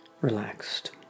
Relaxed